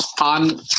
on